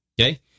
Okay